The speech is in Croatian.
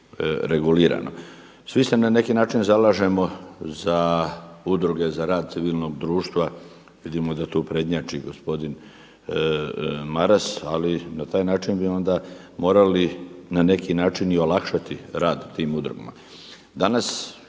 regulirano. Svi se na neki način zalažemo za udruge za rad civilnog društva, vidimo da tu prednjači gospodin Maras, ali na taj način bi onda morali na neki način i olakšati rad tim udrugama.